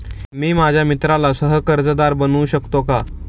मी माझ्या मित्राला सह कर्जदार बनवू शकतो का?